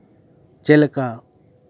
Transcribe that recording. ᱪᱮᱫ ᱞᱮᱠᱟ